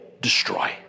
destroy